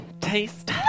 taste